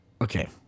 Okay